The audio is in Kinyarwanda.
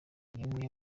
rimwe